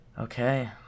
Okay